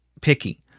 picky